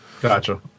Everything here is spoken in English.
Gotcha